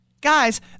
Guys